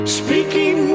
speaking